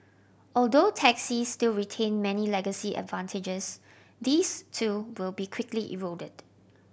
although taxis still retain many legacy advantages these too will be quickly eroded